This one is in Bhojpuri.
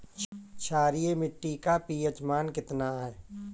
क्षारीय मीट्टी का पी.एच मान कितना ह?